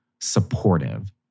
supportive